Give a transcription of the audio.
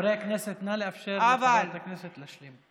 חברי הכנסת, נא לאפשר לחברת הכנסת להשלים.